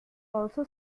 also